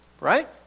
right